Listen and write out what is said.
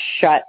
shut